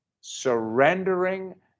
surrendering